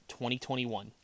2021